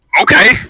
okay